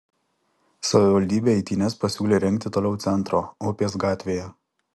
savivaldybė eitynes pasiūlė rengti toliau centro upės gatvėje